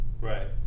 Right